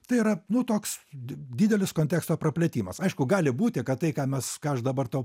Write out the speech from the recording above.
tai yra nu toks di didelis konteksto praplėtimas aišku gali būti kad tai ką mes ką aš dabar tau